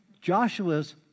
Joshua's